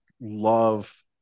love